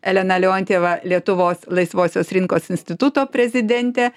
elena leontjeva lietuvos laisvosios rinkos instituto prezidentė